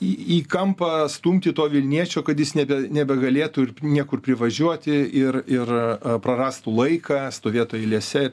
į į kampą stumti to vilniečio kad jis nebe nebegalėtų niekur privažiuoti ir ir prarastų laiką stovėtų eilėse ir